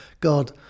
God